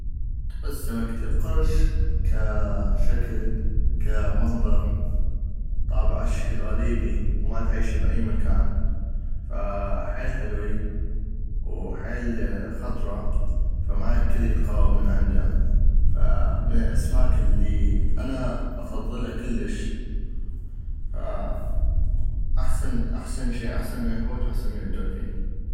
اعتقد سمكة القرش كاشكل كامنظر طابع هشكل غريبي وما تعيش ب اي مكان فحييل حلوي وحيل خطرة فما الكل يتغب من عندا ف من الاسماك الي انا افظلى كلش ف احسن احسن شي احسن من الحوت واحسن من الدولفين.